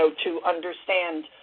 so to understand,